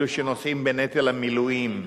אלו שנושאים בנטל המילואים.